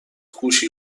گوشی